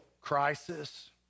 crisis